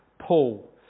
Paul